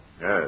Yes